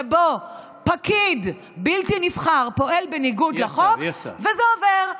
שבו פקיד בלתי נבחר פועל בניגוד לחוק וזה עובר.